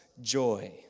joy